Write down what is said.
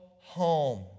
home